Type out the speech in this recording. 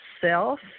self